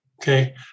Okay